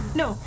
no